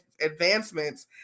advancements